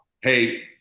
Hey